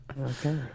Okay